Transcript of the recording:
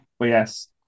yes